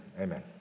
Amen